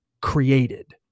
created